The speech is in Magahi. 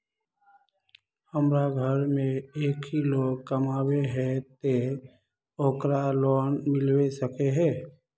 हमरा घर में एक ही लोग कमाबै है ते ओकरा लोन मिलबे सके है?